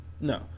No